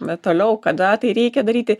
bet toliau kada tai reikia daryti